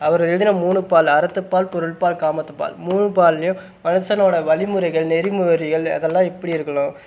அவர் எழுதுன மூணுப்பால் அறத்துப்பால் பொருள்பால் காமத்துப்பால் மூணு பால்லையும் மனுசனோட வழிமுறைகள் நெறிமுறைகள் அதெல்லாம் எப்படி இருக்கணும்